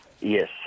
Yes